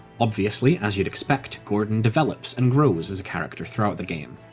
obviously, as you'd expect, gordon develops and grows as a character throughout the game,